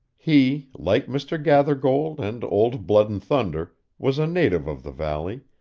he, like mr. gathergold and old blood-and-thunder, was a native of the valley,